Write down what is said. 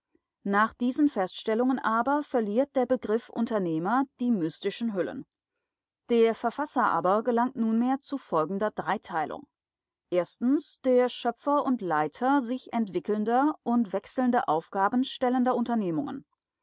nach diesen feststellungen aber verliert der begriff unternehmer die mystischen hüllen der verfasser aber gelangt nunmehr zu folgender dreiteilung der schöpfer und leiter sich entwickelnder und wechselnde aufgaben stellender unternehmungen